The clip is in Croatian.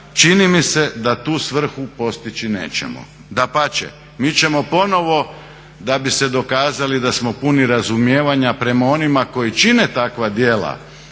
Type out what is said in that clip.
čini mi se da tu svrhu postići nećemo, dapače mi ćemo ponovno da bi se dokazali da smo puni razumijevanja prema onima koji čine takva djela